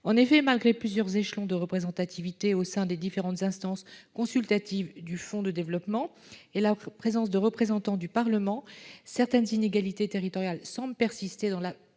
En effet, malgré plusieurs échelons de représentativité au sein des différentes instances consultatives du Fonds pour le développement de la vie associative et la présence de représentants du Parlement, certaines inégalités territoriales semblent persister dans